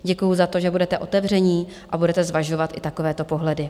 Děkuju za to, že budete otevření a budete zvažovat i takovéto pohledy.